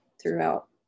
throughout